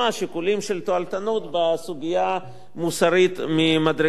של תועלתנות בסוגיה מוסרית ממדרגה ראשונה.